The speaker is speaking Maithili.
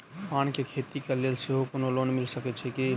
पान केँ खेती केँ लेल सेहो कोनो लोन मिल सकै छी की?